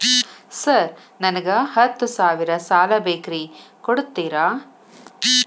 Sir ನನಗ ಹತ್ತು ಸಾವಿರ ಸಾಲ ಬೇಕ್ರಿ ಕೊಡುತ್ತೇರಾ?